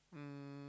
um